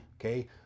okay